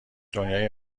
دنیای